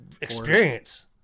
experience